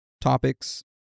topics